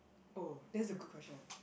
oh that's a good question